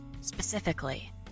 specifically